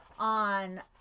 on